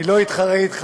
חבר הכנסת חזן.